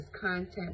content